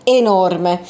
enorme